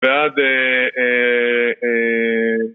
בעד